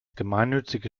gemeinnützige